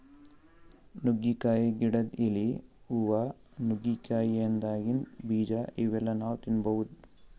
ನುಗ್ಗಿಕಾಯಿ ಗಿಡದ್ ಎಲಿ, ಹೂವಾ, ನುಗ್ಗಿಕಾಯಿದಾಗಿಂದ್ ಬೀಜಾ ಇವೆಲ್ಲಾ ನಾವ್ ತಿನ್ಬಹುದ್